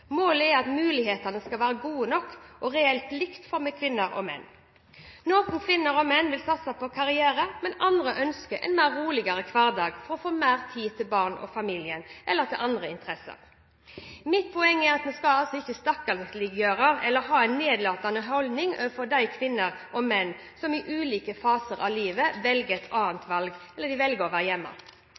Målet er at mulighetene skal være gode nok og reelt like for kvinner og menn. Noen kvinner og menn vil satse på karriere, mens andre ønsker en roligere hverdag, for å få mer tid til barn og familie eller til andre interesser. Mitt poeng er at vi skal ikke stakkarsliggjøre eller ha en nedlatende holdning overfor de kvinner og menn som i ulike faser av livet tar et annet valg, eller velger å være hjemme.